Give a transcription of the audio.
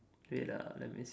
wait the let me see